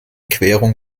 querung